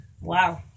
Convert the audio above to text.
wow